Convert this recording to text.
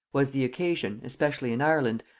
was the occasion, especially in ireland,